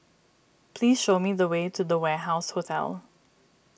please show me the way to the Warehouse Hotel